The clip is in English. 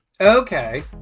Okay